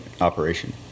operation